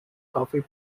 coffee